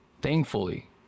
Thankfully